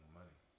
money